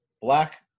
black